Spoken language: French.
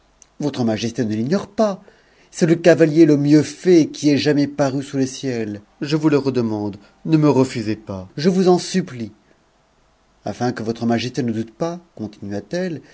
moi tajcslé ne l'ignore pas c'est e cavalier e mieux ait qui ait jamais us le ciel je vous le redemande ne me refusez pas je vous en imntie afin que votre majesté ne doute pas continua-t-elle